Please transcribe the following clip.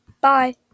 bye